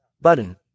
button